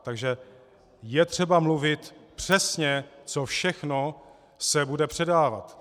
Takže je třeba mluvit přesně, co všechno se bude předávat.